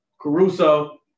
Caruso